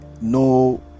no